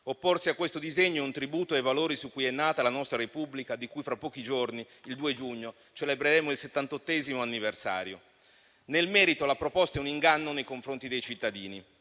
Opporsi a questo disegno è un tributo ai valori su cui è nata la nostra Repubblica, di cui fra pochi giorni, il 2 giugno, celebreremo il settantottesimo anniversario. Nel merito la proposta è un inganno nei confronti dei cittadini.